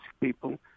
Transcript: people